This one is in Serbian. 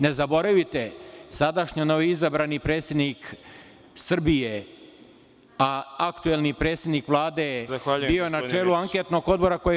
Ne zaboravite, sadašnji novoizabrani predsednik Srbije, a aktuelni predsednik Vlade, bio je na čelu Anketnog odbora koji je